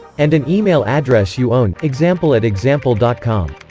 and an email address you own example at example dot com